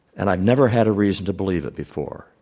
and i've never had a reason to believe it before,